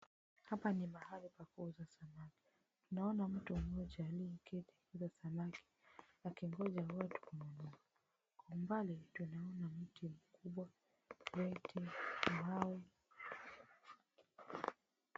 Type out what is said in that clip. Hapa ni mahali pa kuuza samaki. Naona mtu mmoja aliyeketi kuuza samaki akigoja watu kununua. Kwa umbali tunaona mti mkubwa, kreti, mbao.